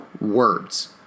words